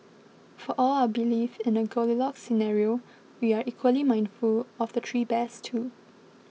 for all our belief in a Goldilocks scenario we are equally mindful of the three bears too